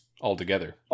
altogether